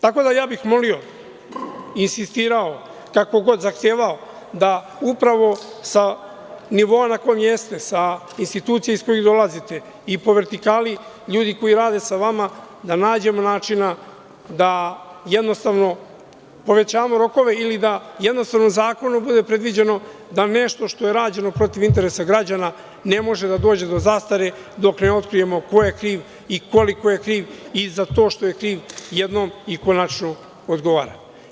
Tako da, ja bi milio i insistirao, kako god, zahtevao da upravo sa nivoa na kome jeste, sa institucije iz kojih dolazite i po vertikali ljudi koji rade sa vama, da nađemo načina da jednostavno povećamo rokove ili da jednostavno zakonom bude predviđeno da nešto što je rađeno protiv interesa građana ne može da dođe do zastare dok ne otkrijemo ko je kriv i koliko je kriv, i za to što je kriv jednom i konačno odgovara.